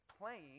playing